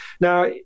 Now